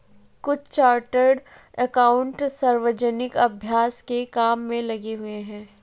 कुछ chartered accountant सार्वजनिक अभ्यास के काम में लगे हुए हैं